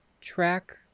track